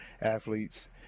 athletes